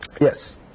Yes